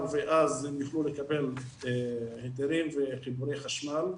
ואז הם יוכלו לקבל היתרים וחיבורי חשמל.